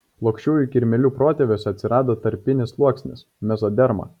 plokščiųjų kirmėlių protėviuose atsirado tarpinis sluoksnis mezoderma